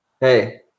Hey